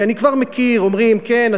כי אני כבר מכיר שאומרים "כן,